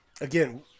again